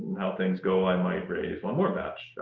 how things go, i might raise one more batch.